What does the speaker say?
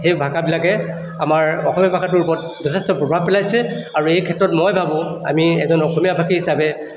সেই ভাষাবিলাকে আমাৰ অসমীয়া ভাষাটোৰ ওপৰত যথেষ্ট প্ৰভাৱ পেলাইছে আৰু এই ক্ষেত্ৰত মই ভাবোঁ আমি এজন অসমীয়াভাষী হিচাপে